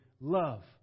love